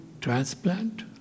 transplant